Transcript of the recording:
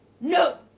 No